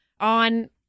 on